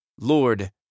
Lord